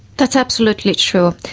that's absolutely true.